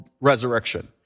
resurrection